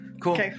cool